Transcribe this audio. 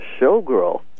showgirl